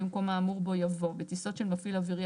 במקום האמור בו יבוא "בטיסות של מפעיל אווירי